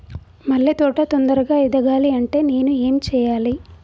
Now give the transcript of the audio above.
మల్లె తోట తొందరగా ఎదగాలి అంటే నేను ఏం చేయాలి?